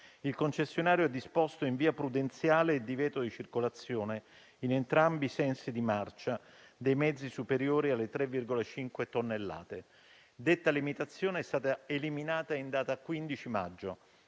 il concessionario ha disposto in via prudenziale il divieto di circolazione in entrambi i sensi di marcia dei mezzi superiori alle 3,5 tonnellate. Detta limitazione è stata eliminata in data 15 maggio,